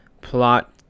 plot